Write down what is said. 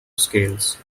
scales